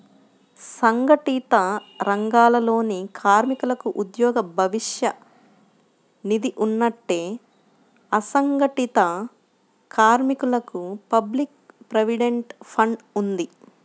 సంఘటిత రంగాలలోని కార్మికులకు ఉద్యోగ భవిష్య నిధి ఉన్నట్టే, అసంఘటిత కార్మికులకు పబ్లిక్ ప్రావిడెంట్ ఫండ్ ఉంది